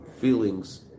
feelings